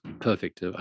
perfect